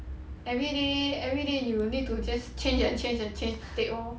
everyday everyday you will need to just change and change and change the tape lor